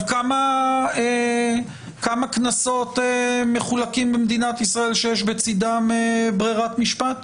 כמה קנסות מחולקים בישראל שיש בצידם ברירת משפט?